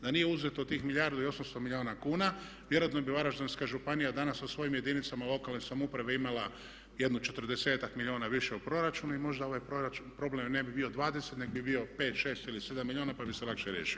Da nije uzeo tih milijardu i 800 milijuna kuna vjerojatno bi Varaždinska županija danas sa svojim jedinicama lokalne samouprave imala jedno 40-ak milijuna više u proračunu i možda ovaj problem ne bi bio 20 nego bi bio 5, 6 ili 7 milijuna pa bi se lakše riješio.